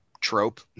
trope